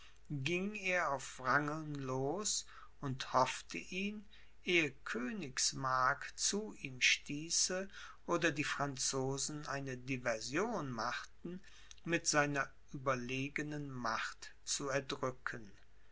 ging er auf wrangeln los und hoffte ihn ehe königsmark zu ihm stieße oder die franzosen eine diversion machten mit seiner überlegenen macht zu erdrücken